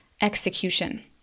execution